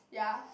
ya